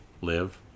live